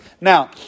Now